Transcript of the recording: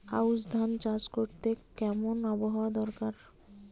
আউশ ধান চাষ করতে কেমন আবহাওয়া দরকার?